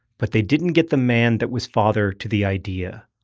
but they didn't get the man that was father to the idea.